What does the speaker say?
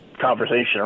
conversation